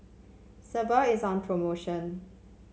Sebamed is on promotion